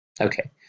Okay